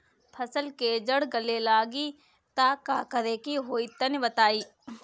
फसल के जड़ गले लागि त का करेके होई तनि बताई?